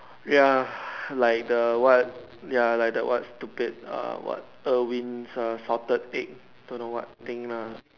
ya like the what ya like the what stupid err what Irvins Salted Egg don't know what thing lah